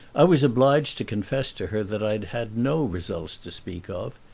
i was obliged to confess to her that i had no results to speak of.